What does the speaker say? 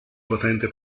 potente